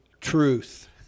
truth